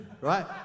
right